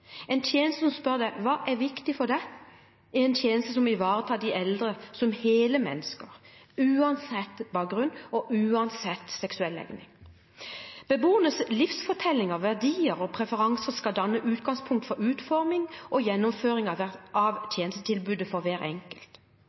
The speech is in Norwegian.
En tjeneste som spør deg hva som er viktig for deg, er en tjeneste som ivaretar de eldre som hele mennesker, uansett bakgrunn og uansett seksuell legning. Beboernes livsfortellinger, verdier og preferanser skal danne utgangspunkt for utforming og gjennomføring av tjenestetilbudet for hver enkelt.